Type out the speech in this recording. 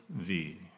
thee